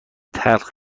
تلخ